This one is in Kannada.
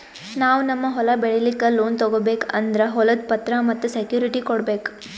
ನಾವ್ ನಮ್ ಹೊಲ ಬೆಳಿಲಿಕ್ಕ್ ಲೋನ್ ತಗೋಬೇಕ್ ಅಂದ್ರ ಹೊಲದ್ ಪತ್ರ ಮತ್ತ್ ಸೆಕ್ಯೂರಿಟಿ ಕೊಡ್ಬೇಕ್